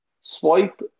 swipe